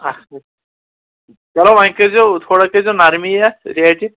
اَکھ چلو وۅنۍ کٔرۍزیٚو تھوڑا کٔرۍزیٚو نرمی اَتھ ریٹہِ